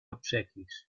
obsequis